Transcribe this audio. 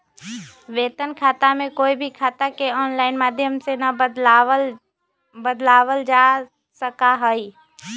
वेतन खाता में कोई भी खाता के आनलाइन माधम से ना बदलावल जा सका हई